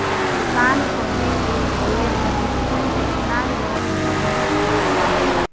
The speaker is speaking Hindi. दुकान खोलने के लिए अधिकतम कितना लोन मिल सकता है?